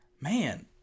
Man